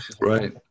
Right